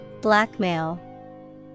Blackmail